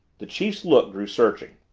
the chief's look grew searching.